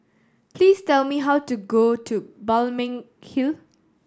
please tell me how to go to Balmeg Hill